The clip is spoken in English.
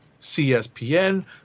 CSPN